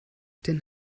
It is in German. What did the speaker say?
den